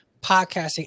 podcasting